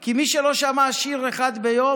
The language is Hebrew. כי מי שלא שמע שיר אחד ביום,